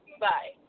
bye